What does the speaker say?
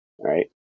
right